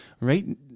right